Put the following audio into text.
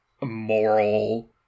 moral